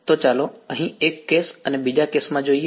તો ચાલો અહીં એક કેસ અને બીજા કેસમાં જોઈએ